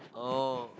oh